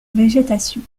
végétation